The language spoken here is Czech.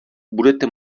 budete